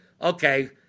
okay